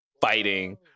fighting